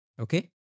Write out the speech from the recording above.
Okay